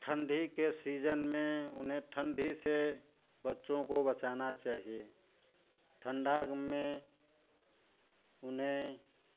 ठंडी के सीजन में उन्हें ठंडी से बच्चों को बचाना चाहिए ठंडा रूम में उन्हें